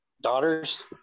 daughters